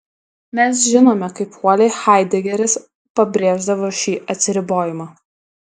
mes žinome kaip uoliai haidegeris pabrėždavo šį atsiribojimą